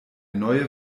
neue